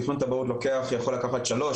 תכנון תב"עות יכול לקחת שלוש,